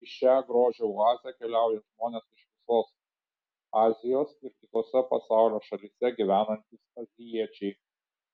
į šią grožio oazę keliauja žmonės iš visos azijos ir kitose pasaulio šalyse gyvenantys azijiečiai